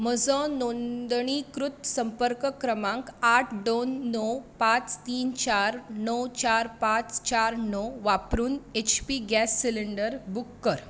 म्हजो नोंदणीकृत संपर्क क्रमांक आठ दोन णव पांच तीन चार णव चार पांच चार णव वापरून H P gas cylinder book कर